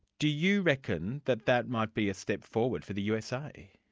do you reckon that that might be a step forward for the usa?